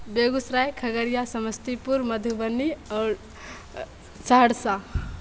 बेगूसराय खगड़िया समस्तीपुर मधुबनी आओर अए सहरसा